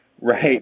Right